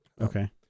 Okay